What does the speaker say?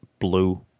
blue